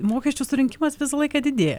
mokesčių surinkimas visą laiką didėja